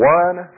one